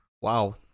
Wow